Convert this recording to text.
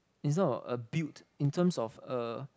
is not a built in terms of a